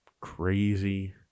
crazy